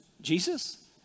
Jesus